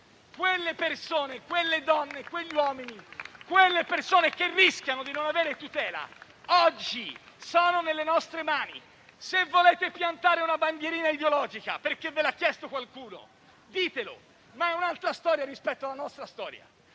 Quelle persone, donne e uomini, che rischiano di non avere tutela, oggi sono nelle nostre mani. Se volete piantare una bandierina ideologica perché ve l'ha chiesto qualcuno, ditelo, ma è un'altra storia rispetto alla nostra.